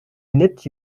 lunettes